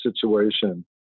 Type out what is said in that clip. situation